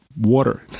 water